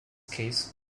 case